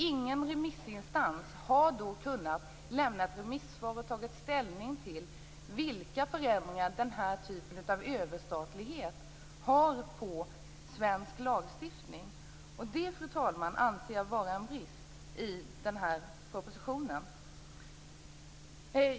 Ingen remissinstans har kunnat lämna ett remissvar och ta ställning till vilka förändringar den här typen av överstatlighet får på svensk lagstiftning. Det, fru talman, anser jag vara en brist i den här propositionen.